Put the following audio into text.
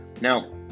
now